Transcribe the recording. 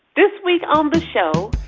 this week on the show,